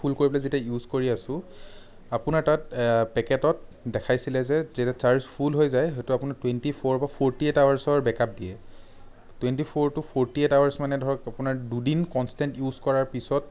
ফুল কৰি পেলাই যেতিয়া ইউজ কৰি আছোঁ আপোনাৰ তাত পেকেটত দেখাইছিলে যে যেতিয়া চাৰ্জ ফুল হৈ যায় সেইটো আপোনাৰ টুৱেন্টী ফ'ৰৰপৰা ফ'ৰটী এইট আৱাৰচৰ বেক আপ দিয়ে twenty four to forty eight hours মানে ধৰক আপোনাৰ দুদিন কনষ্টেণ্ট ইউজ কৰাৰ পিছত